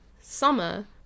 Summer